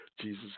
Jesus